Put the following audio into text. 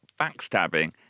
backstabbing